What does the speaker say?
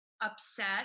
upset